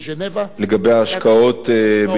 לגבי ההשקעות בישראל?